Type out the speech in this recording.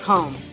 Home